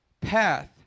path